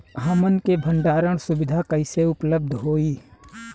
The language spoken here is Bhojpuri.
हमन के भंडारण सुविधा कइसे उपलब्ध होई?